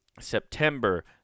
September